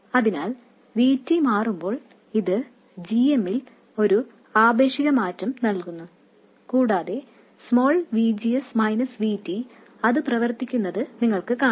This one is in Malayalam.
അതിനാൽ V T മാറുമ്പോൾ ഇത് gm ൽ ആപേക്ഷിക മാറ്റം നൽകുന്നു കൂടാതെ ഇത് small V G S V T ൽ അത് പ്രവർത്തിക്കുന്നത് നിങ്ങൾക്ക് കാണാം